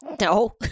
No